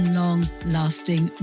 long-lasting